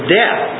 death